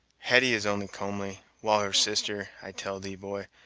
hetty is only comely, while her sister, i tell thee, boy,